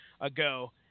ago